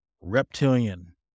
reptilian